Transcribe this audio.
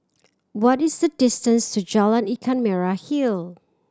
what is the distance to Jalan Ikan Merah Hill